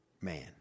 Man